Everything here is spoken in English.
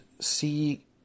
see